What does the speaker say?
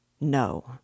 No